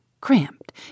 cramped